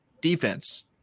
defense